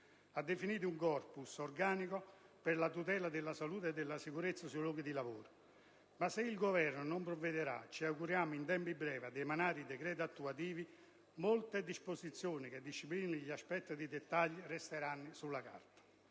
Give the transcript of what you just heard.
ha definito un *corpus* organico per la tutela della salute e della sicurezza sui luoghi di lavoro, ma se il Governo non provvederà, ci auguriamo in tempi brevi, ad emanare i decreti attuativi, molte disposizioni che disciplinano gli aspetti di dettaglio resteranno sulla carta.